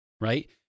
right